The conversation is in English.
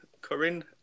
Corinne